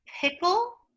pickle